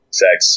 sex